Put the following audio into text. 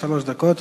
שלוש דקות.